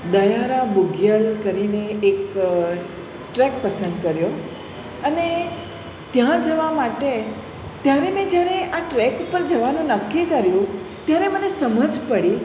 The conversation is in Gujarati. દયારા બૂઘયલ કરીને એક ટ્રેક પસંદ કર્યો અને ત્યાં જવા માટે ત્યારે મેં જ્યારે આ ટ્રેક ઉપર જવાનું નક્કી કર્યું ત્યારે મને સમજ પડી